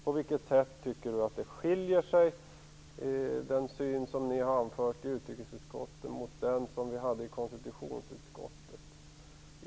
På vilket sätt tycker han att den åsikt som socialdemokraterna har anfört i utrikesutskottet skiljer sig från den som man har anfört i konstitutionsutskottet?